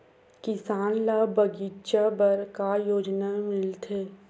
किसान ल बगीचा बर का योजना मिलथे?